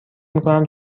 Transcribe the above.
میکنم